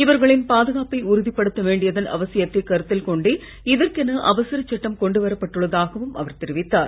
இவர்களின் பாதுகாப்பை உறுதிப் படுத்த வேண்டியதன் அவசியத்தை கருத்தில் கொண்டே இதற்கென அவசரச் சட்டம் கொண்டு வரப்பட்டுள்ளதாகவும் அவர் தெரிவித்தார்